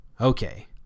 Okay